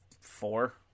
Four